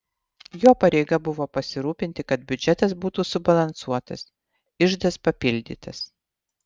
jo pareiga buvo pasirūpinti kad biudžetas būtų subalansuotas iždas papildytas